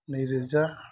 नै रोजा